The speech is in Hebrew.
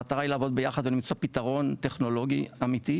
המטרה היא לעבוד ביחד ולמצוא פתרון טכנולוגי אמיתי,